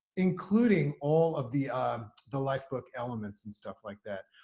including all of the the lifebook elements and stuff like that.